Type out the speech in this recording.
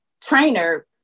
trainer